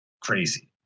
crazy